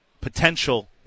potential